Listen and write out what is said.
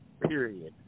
Period